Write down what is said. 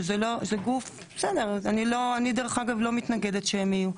שזה גוף אני דרך אגב לא מתנגדת שהם יהיו,